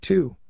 Two